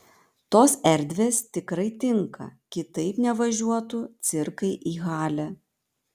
tos erdvės tikrai tinka kitaip nevažiuotų cirkai į halę